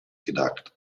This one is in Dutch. gedacht